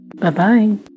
Bye-bye